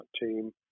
team